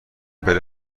بره